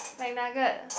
Mcnugget